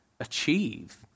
achieve